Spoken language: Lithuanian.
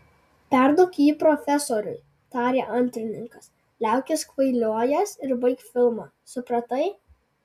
perduok jį profesoriui tarė antrininkas liaukis kvailiojęs ir baik filmą supratai